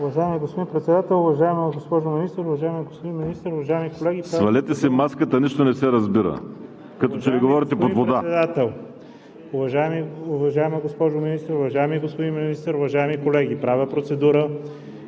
ИВАНОВ: Господин Председател, уважаема госпожо Министър, уважаеми господин Министър, уважаеми колеги! Правя процедура